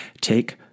take